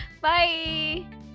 Bye